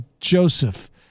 Joseph